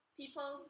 people